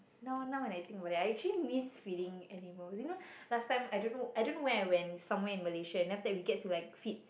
now now when I think about that I actually miss feeding animals last time I don't know I don't know where I went somewhere in Malaysia after that we get to like feed